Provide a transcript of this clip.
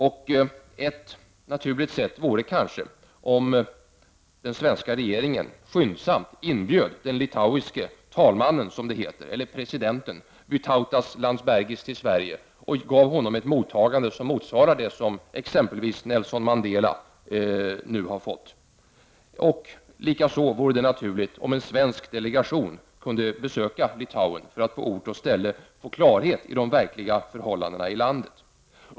Ett naturligt sätt vore kanske om den svenska regeringen skyndsamt inbjöd den litauiske talmannen, som han kallas, eller presidenten Vytautas Landsbergis till Sverige och gav honom ett mottagande som motsvara det som t.ex. Nelson Mandela nu har fått. Likaså vore det naturligt om en svensk delegation kunde besöka Litauen för att på ort och ställe få klarhet i de verkliga förhållandena i landet.